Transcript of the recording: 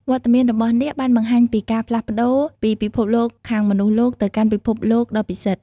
វត្តមានរបស់នាគបានបង្ហាញពីការផ្លាស់ប្តូរពីពិភពលោកខាងមនុស្សលោកទៅកាន់ពិភពលោកដ៏ពិសិដ្ឋ។